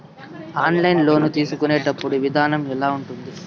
online loan తీసుకునేటప్పుడు విధానం ఎలా ఉంటుంది